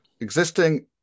existing